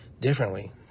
differently